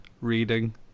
reading